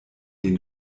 den